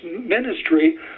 ministry